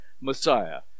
Messiah